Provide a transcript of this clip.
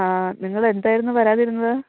ആ നിങ്ങൾ എന്തായിരുന്നു വരാതിരുന്നത്